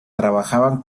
trabajaban